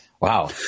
Wow